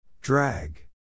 Drag